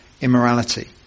immorality